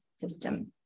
system